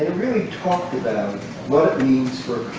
really talked about um and what these